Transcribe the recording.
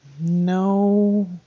No